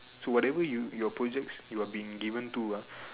so whatever you your projects you are being given to ah